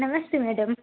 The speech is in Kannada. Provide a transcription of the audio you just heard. ನಮಸ್ತೆ ಮೇಡಮ್